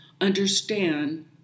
understand